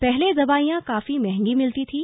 पहले दवाइयां काफी महंगी मिलती थी